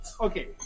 Okay